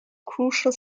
crucial